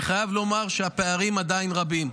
אני חייב לומר שהפערים עדיין רבים.